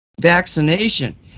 vaccination